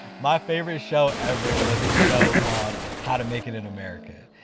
my favorite show ever was this show called how to make it in america.